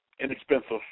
inexpensive